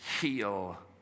Heal